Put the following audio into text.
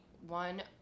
one